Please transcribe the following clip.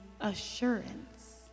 assurance